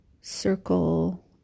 circle